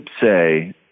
say